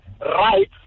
right